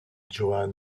johann